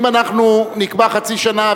אם אנחנו נקבע חצי שנה,